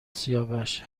سیاوش